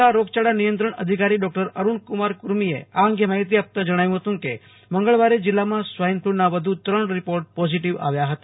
જિલ્લા રોગચાળા નિમંત્રણ અધિકારી ડોકટર અરૂણકુમાર કુર્મીએ આ અંગે માહિતી આપતા જણાવ્યું હતું કે મંગળવારે જિલ્લામાં સ્વાઈન ફલુના વધુ ત્રણ રિપોર્ટ પોઝીટીવ આવ્યો હતો